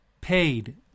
paid